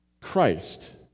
Christ